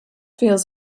feels